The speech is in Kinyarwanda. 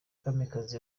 kamikazi